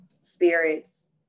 spirits